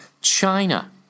China